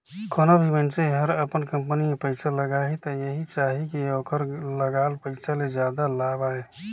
कोनों भी मइनसे हर अपन कंपनी में पइसा लगाही त एहि चाहही कि ओखर लगाल पइसा ले जादा लाभ आये